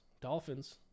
Dolphins